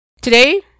Today